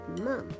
mom